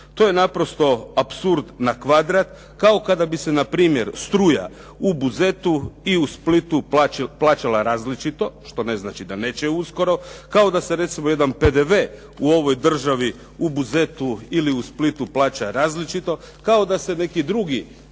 To je naprosto apsurd na kvadrat, kao kada bi se npr. struja u Buzetu i u Splitu plaćala različito, što ne znači da neće uskoro, kao da se recimo jedan PDV u ovoj državi u Buzetu ili u Splitu plaća različito, kao da se neki drugi